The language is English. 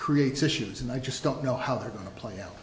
creates issues and i just don't know how they're going to play out